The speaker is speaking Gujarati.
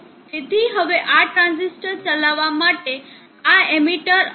તેથી હવે આ ટ્રાંઝિસ્ટર ચલાવવા માટે આ એમીટર અને બેઝનો ઉપયોગ કરી શકાય છે